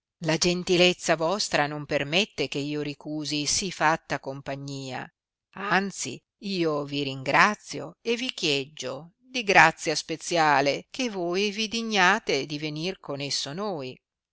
la gentilezza vostra non permette che io ricusi si fatta compagnia anzi io vi ringrazio e vi chieggo di grazia speziale che voi vi dignate di venire con esso noi